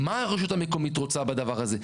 מה הרשות המקומית רוצה בדבר הזה?